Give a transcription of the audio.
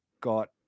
got